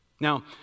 Now